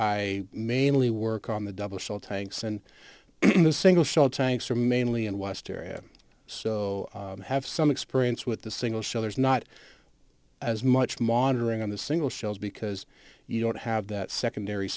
i mainly work on the double shell tanks and the single shell tanks are mainly in west area so i have some experience with the single so there's not as much monitoring on the single cells because you don't have that secondary